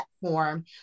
platform